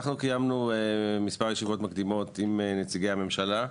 אנחנו קיימנו מספר ישיבות מקדימות עם נציגי הממשלה,